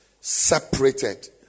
separated